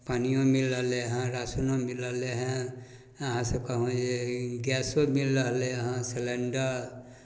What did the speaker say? पानिओ मिलि रहलै हँ राशनो मिलि रहलै हँ अहाँसभ कहौँ जे गैसो मिलि रहलै हँ सिलेण्डर